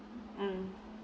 mm